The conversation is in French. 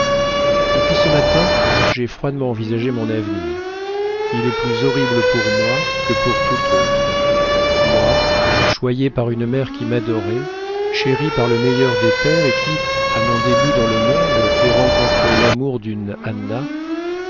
depuis ce matin j'ai froidement envisagé mon avenir il est plus horrible pour moi que pour tout autre moi choyé par une mère qui m'adorait chéri par le meilleur des pères et qui à mon début dans le monde ai rencontré l'amour d'une